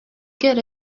get